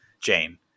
Jane